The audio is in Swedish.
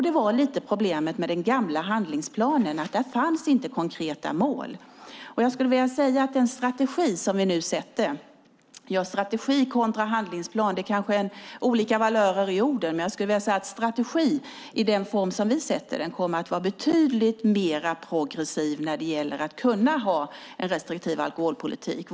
Det var lite problemet med den gamla handlingsplanen att det inte fanns konkreta mål. Vi lägger nu fast en strategi. När det gäller strategi kontra handlingsplan är det kanske olika valör i orden. När det gäller strategi i den form som vi lägger fast kommer den att vara betydligt mer progressiv när det gäller att kunna ha en restriktiv alkoholpolitik.